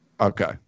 Okay